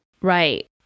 Right